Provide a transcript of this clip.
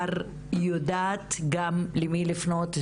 וכאשר מתחילים לספור,